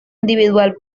individual